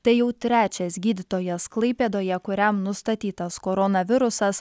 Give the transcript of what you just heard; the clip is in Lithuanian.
tai jau trečias gydytojas klaipėdoje kuriam nustatytas koronavirusas